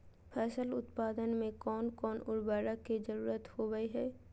फसल उत्पादन में कोन कोन उर्वरक के जरुरत होवय हैय?